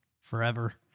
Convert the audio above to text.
forever